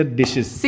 dishes